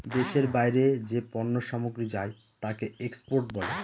দেশের বাইরে যে পণ্য সামগ্রী যায় তাকে এক্সপোর্ট বলে